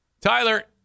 Tyler